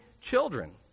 children